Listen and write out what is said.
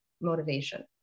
motivation